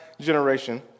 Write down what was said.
generation